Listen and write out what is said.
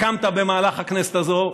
הקמת במהלך הכנסת הזאת.